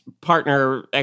partner